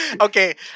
Okay